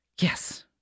yes